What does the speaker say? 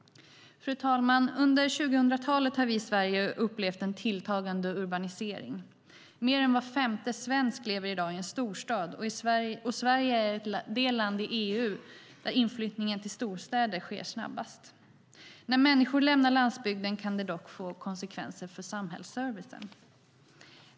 Fru talman! Under 2000-talet har vi i Sverige upplevt en tilltagande urbanisering. Mer än var femte svensk lever i dag i en storstad, och Sverige är det land i EU där inflyttningen till storstäderna sker snabbast. När människor lämnar landsbygden kan det dock få konsekvenser för samhällsservicen.